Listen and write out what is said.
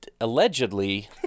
allegedly